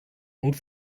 und